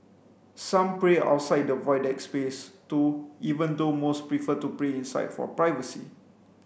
some pray outside the Void Deck space too even though most prefer to pray inside for privacy